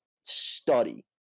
study